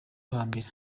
hambere